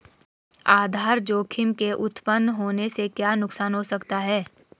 आधार जोखिम के उत्तपन होने से क्या नुकसान हो सकता है?